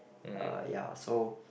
uh ya so